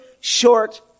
short